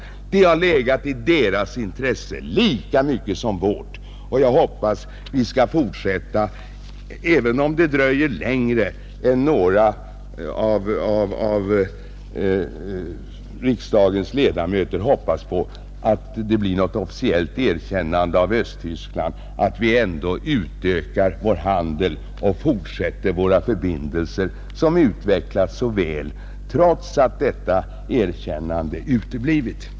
Handeln har legat i tyskarnas intresse lika mycket som i vårt. Även om det dröjer längre än några av riksdagens ledamöter räknat med innan det blir något officiellt svenskt erkännande av Östtyskland, hoppas jag att vi utökar vår handel och fortsätter våra förbindelser som utvecklats så väl, trots att detta erkännande uteblivit.